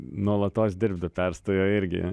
nuolatos dirbt be perstojo irgi